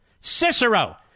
Cicero